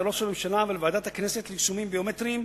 לראש הממשלה ולוועדת הכנסת ליישומים ביומטריים,